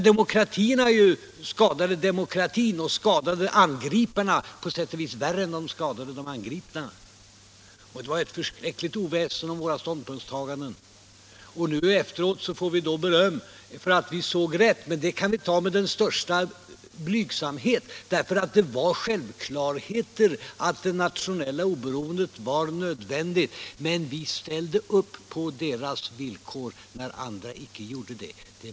Demokratierna skadade demokratin, och de skadade på sätt och vis angriparna värre än de skadade de angripna. Det var ett förskräckligt oväsen om våra ståndpunktstaganden. Nu efteråt får vi beröm för att vi gjorde riktiga bedömningar. På den punkten är vi emellertid i högsta grad blygsamma, eftersom det var självklarheter att det nationella oberoendet var nödvändigt. Men vi ställde upp på deras villkor när andra icke gjorde det.